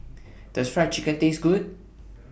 Does Fried Chicken Taste Good